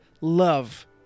love